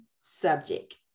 subject